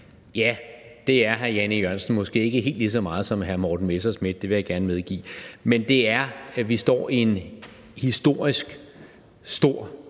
Ja, det er hr. Jan E. Jørgensen, men måske ikke helt lige så meget som hr. Morten Messerschmidt, det vil jeg gerne medgive. Men vi står i en historisk stor